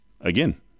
Again